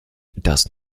das